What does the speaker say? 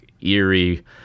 eerie